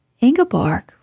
Ingeborg